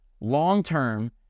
long-term